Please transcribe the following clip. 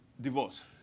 divorce